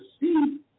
see